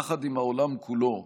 יחד עם העולם כולו,